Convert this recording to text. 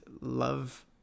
love